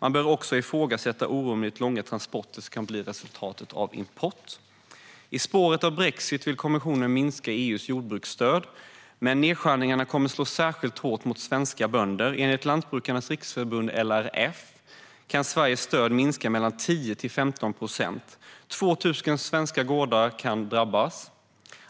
Man bör också ifrågasätta orimligt långa transporter som kan bli resultatet av import. I spåren av brexit vill kommissionen minska EU:s jordbruksstöd. Men nedskärningarna kommer att slå särskilt hårt mot svenska bönder. Enligt Lantbrukarnas Riksförbund, LRF, kan Sveriges stöd minska med mellan 10 och 15 procent. 2 000 svenska gårdar kan drabbas.